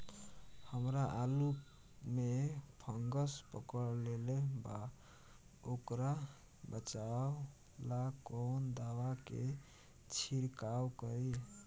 हमरा आलू में फंगस पकड़ लेले बा वोकरा बचाव ला कवन दावा के छिरकाव करी?